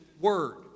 word